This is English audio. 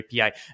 API